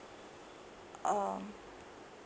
um